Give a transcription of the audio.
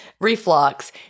reflux